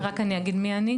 כן, רק אני אגיד מי אני.